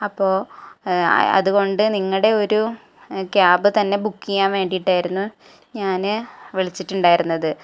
അപ്പോള് അതുകൊണ്ട് നിങ്ങളുടെ ഒരു ക്യാബ് തന്നെ ബുക്ക് ചെയ്യാന് വേണ്ടിയിട്ടായിരുന്നു ഞാന് വിളിച്ചിട്ടുണ്ടായിരുന്നത്